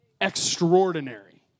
extraordinary